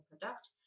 product